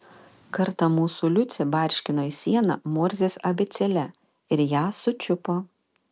kartą mūsų liucė barškino į sieną morzės abėcėle ir ją sučiupo